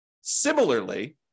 Similarly